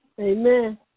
Amen